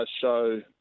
show